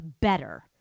better